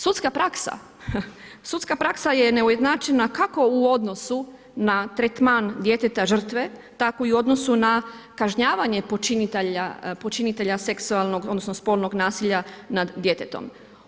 Sudska praksa, sudska praksa je neujednačena kako u odnosu na tretman djeteta žrtve, tako i u odnosu na kažnjavanje počinitelja seksualnog, odnosno spolnog nasilja nad djetetom.